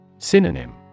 Synonym